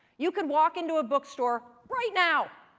you can walk into a book store right now!